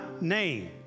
name